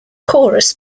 chorus